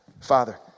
Father